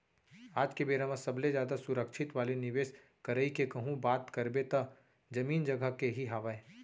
आज के बेरा म सबले जादा सुरक्छित वाले निवेस करई के कहूँ बात करबे त जमीन जघा के ही हावय